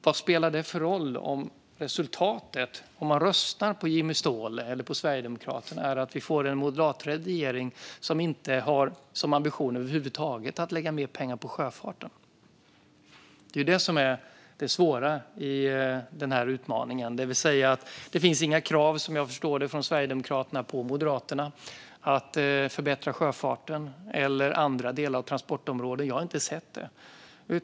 Vad spelar detta för roll när resultatet, om man röstar på Jimmy Ståhl och Sverigedemokraterna, blir att vi får en moderatledd regering som över huvud taget inte har någon ambition att lägga mer pengar på sjöfarten? Det är det här som är det svåra i utmaningen. Vad jag förstår finns det inga krav från Sverigedemokraterna på Moderaterna att förbättra sjöfarten eller andra delar av transportområdet. Jag har inte sett några.